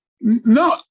No